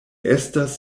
estas